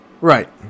Right